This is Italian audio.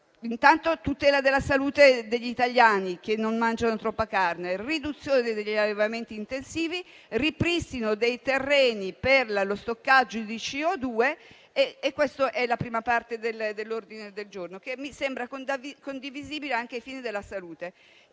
intanto la tutela della salute degli italiani, affinché non mangino troppa carne; la riduzione degli allevamenti intensivi; il ripristino dei terreni per lo stoccaggio di CO₂. Questa è la prima parte dell'ordine del giorno, che mi sembra condivisibile anche ai fini della salute.